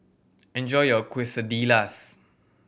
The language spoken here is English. enjoy your Quesadillas